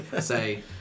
say